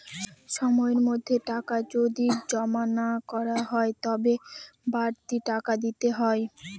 সময়ের মধ্যে টাকা যদি জমা না করা হয় তবে বাড়তি টাকা দিতে হয়